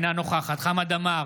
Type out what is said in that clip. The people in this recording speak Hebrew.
אינה נוכחת חמד עמאר,